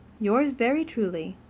yours very truly,